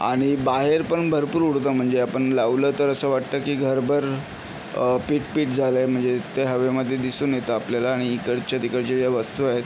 आणि बाहेर पण भरपूर उडतं म्हणजे आपण लावलं तर असं वाटतं की घरभर पीठ पीठ झालं आहे म्हणजे ते हवेमध्ये दिसून येतं आपल्याला आणि इकडच्या तिकडच्या ज्या वस्तू आहेत